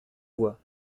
voies